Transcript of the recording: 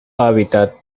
hábitat